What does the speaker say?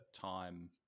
time